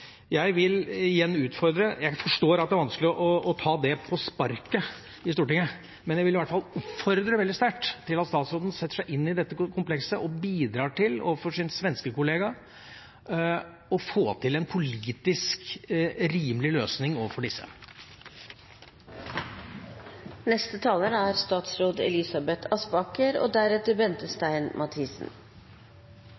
Jeg forstår at det er vanskelig å ta dette på sparket i Stortinget, men jeg vil i hvert fall oppfordre statsråden veldig sterkt til å sette seg inn i dette komplekset og bidra overfor sin svenske kollega til å få til en politisk rimelig løsning overfor